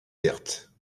vertes